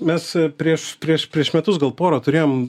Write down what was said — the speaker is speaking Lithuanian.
mes prieš prieš prieš metus gal porą turėjom